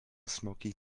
smoky